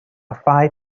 fine